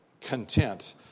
content